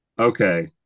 Okay